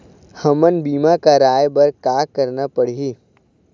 हमन बीमा कराये बर का करना पड़ही?